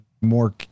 more